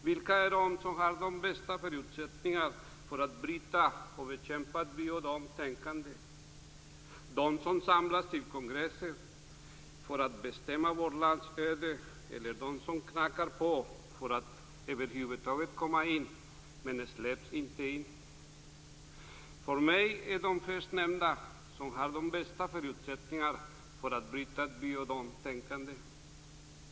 Vilka är det som har de bästa förutsättningarna att bryta och bekämpa ett vi-och-de-tänkande? Är det de som samlas till kongresser m.m. för att bestämma vårt lands öde, eller är det de som knackar på för att över huvud taget få komma in men inte släpps in? För mig är det de först nämnda som har de bästa förutsättningarna för detta.